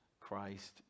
Christ